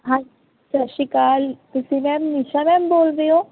ਹਾਂ ਸਤਿ ਸ਼੍ਰੀ ਕਾਲ ਤੁਸੀਂ ਮੈਮ ਨੀਸ਼ਾ ਮੈਮ ਬੋਲਦੇ ਹੋ